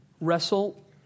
Wrestle